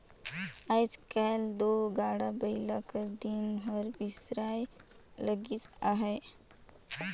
आएज काएल दो गाड़ा बइला कर दिन हर बिसराए लगिस अहे